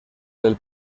del